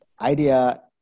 idea